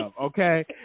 Okay